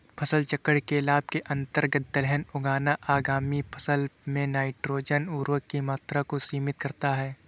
फसल चक्र के लाभ के अंतर्गत दलहन उगाना आगामी फसल में नाइट्रोजन उर्वरक की मात्रा को सीमित करता है